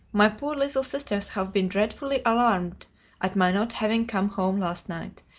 my poor little sisters have been dreadfully alarmed at my not having come home last night,